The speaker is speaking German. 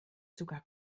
sogar